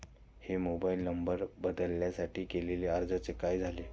मी mobile number बदलासाठी केलेल्या अर्जाचे काय झाले?